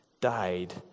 died